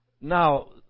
now